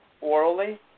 Orally